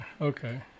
Okay